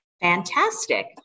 Fantastic